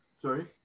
sorry